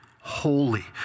holy